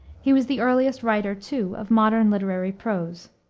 he was the earliest writer, too, of modern literary prose.